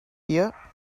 here